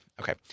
Okay